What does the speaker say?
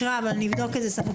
אבדוק זאת.